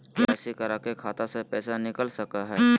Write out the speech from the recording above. KYC करा के खाता से पैसा निकल सके हय?